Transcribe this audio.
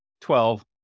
Twelve